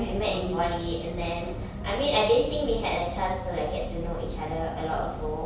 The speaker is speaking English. we met in poly and then I mean I didn't think we had a chance to get to know each other also